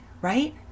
right